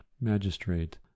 magistrate